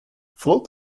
float